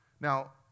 Now